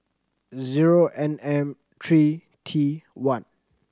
zero N M three T one